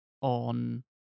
on